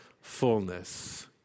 fullness